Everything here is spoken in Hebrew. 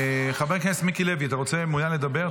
חבר הכנסת מיקי לוי, אתה מעוניין לדבר?